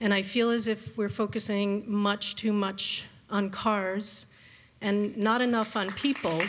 and i feel as if we're focusing much too much on cars and not enough on people